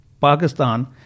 Pakistan